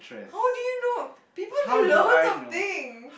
how do you know people do lots of things